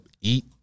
eat